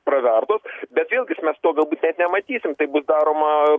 pravertos bet vėlgis mes to galbūt net nematysim tai bus daroma